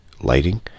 lighting